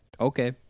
okay